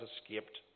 escaped